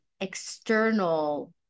external